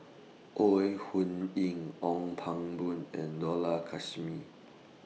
Ore Huiying Ong Pang Boon and Dollah Kassim